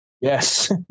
yes